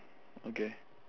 okay